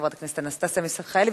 חברת הכנסת אנסטסיה מיכאלי,